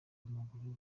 w’amaguru